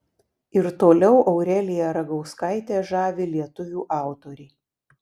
ir toliau aureliją ragauskaitę žavi lietuvių autoriai